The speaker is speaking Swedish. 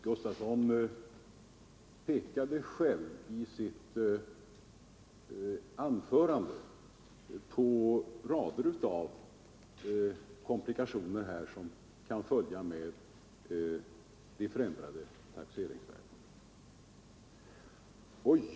Herr talman! Herr Sven Gustafson i Göteborg pekade själv i sitt anförande på rader av komplikationer som kan följa med de förändrade taxeringsvärdena.